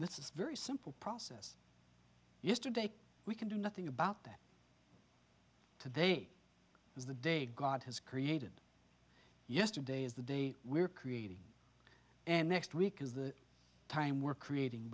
this is very simple process yesterday we can do nothing about that today is the day god has created yesterday is the day we're creating and next week is the time we're creating